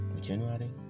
January